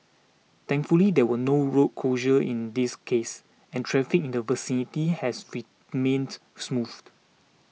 thankfully there were no road closure in this case and traffic in the vicinity has feet remained smooth